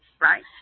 Right